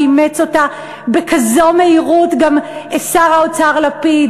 שאימץ אותה בכזאת מהירות גם שר האוצר לפיד,